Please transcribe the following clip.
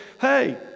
Hey